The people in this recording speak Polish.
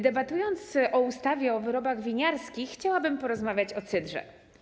Debatując o ustawie o wyrobach winiarskich, chciałabym porozmawiać o cydrze.